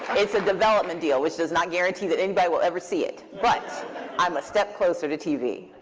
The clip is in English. it's a development deal, which does not guarantee that anybody will ever see it. but i'm a step closer to tv.